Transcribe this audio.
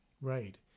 Right